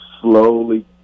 slowly